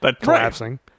collapsing